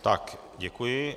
Tak děkuji.